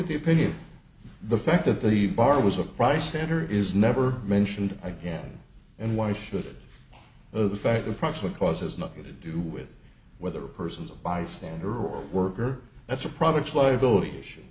at the opinion the fact that the bar was a price center is never mentioned again and why should the fact the proximate cause has nothing to do with whether a person is a bystander or a worker that's a product liability issue